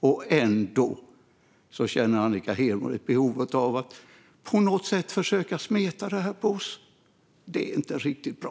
Men ändå känner Annika Hirvonen ett behov av att på något sätt försöka smeta detta på oss. Det är inte riktigt bra.